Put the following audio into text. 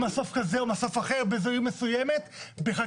מסוף כזה או מסוף אחר בעיר מסוימת בחקיקה.